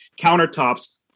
countertops